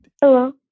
Hello